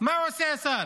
מה עושה השר?